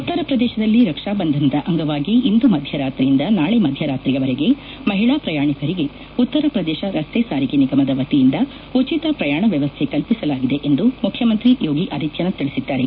ಉತ್ತರ ಪ್ರದೇಶದಲ್ಲಿ ರಕ್ಷಾ ಬಂಧನದ ಅಂಗವಾಗಿ ಇಂದು ಮಧ್ಯರಾತ್ರಿಯಿಂದ ನಾಳೆ ಮಧ್ಯರಾತ್ರಿವರೆಗೆ ಮಹಿಳಾ ಪ್ರಯಾಣಿಕರಿಗೆ ಉತ್ತರ ಪ್ರದೇಶ ರಸ್ತೆ ಸಾರಿಗೆ ನಿಗಮದ ವತಿಯಿಂದ ಉಚಿತ ಪ್ರಯಾಣ ವ್ಯವಸ್ತೆ ಕಲ್ಪಿಸಲಾಗಿದೆ ಎಂದು ಮುಖ್ಯಮಂತ್ರಿ ಯೋಗ್ಯ ಆದಿತ್ಯನಾಥ್ ತಿಳಿಸಿದ್ದಾರೆ